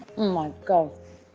my god.